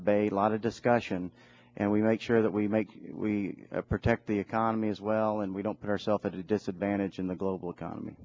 debate a lot of discussion and we make sure that we make we protect the economy as well and we don't put ourselves at a disadvantage in the global economy